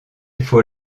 faut